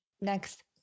Next